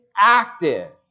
active